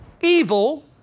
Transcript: evil